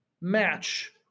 match